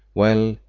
well,